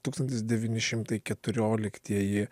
tūkstantis devyni šimtai keturioliktieji